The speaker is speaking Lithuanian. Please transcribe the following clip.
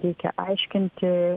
reikia aiškinti